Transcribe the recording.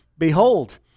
Behold